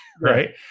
right